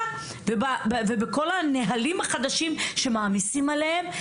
ובכל הנהלים החדשים שמעמיסים עליהם.